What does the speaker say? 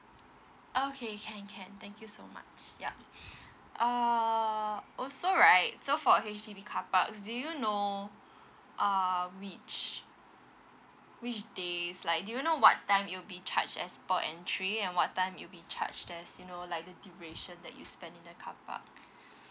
okay can can thank you so much yup err also right so for H_D_B carparks do you know err which which days like do you know what time you'll be charge as per entry and what time you'll be charge there's you know like the duration that you spend in the carpark